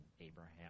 Abraham